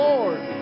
Lord